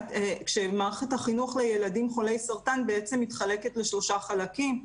מערכת החינוך לילדים חולי סרטן בעצם מתחלקת לשלושה חלקים,